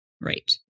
Right